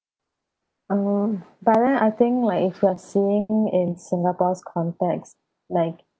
um but then I think like if we're seeing in singapore's context like